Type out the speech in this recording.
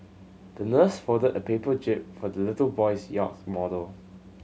the nurse folded a paper jib for the little boy's yacht model